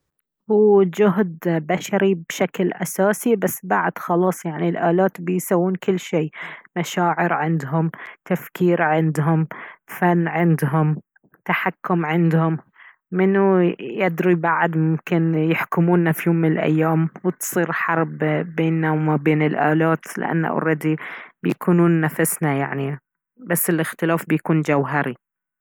هو جهد بشري بشكل أساسي بس بعد خلاص يعني الآلات بيسوون كل شي مشاعر عندهم تفكير عندهم فن عندهم تحكم عندهم منو يدري بعد ممكن يحكمونا في يوم من الأيام وتصير حرب بيننا وما بين الآلات لأنه أردي بيكونون نفسنا يعني بس الاختلاف بيكون جوهري